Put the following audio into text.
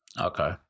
Okay